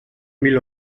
mil